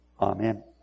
Amen